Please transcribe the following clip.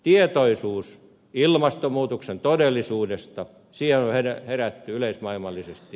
tietoisuuteen ilmastonmuutoksen todellisuudesta on herätty yleismaailmallisesti